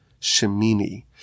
Shemini